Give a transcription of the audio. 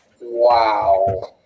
Wow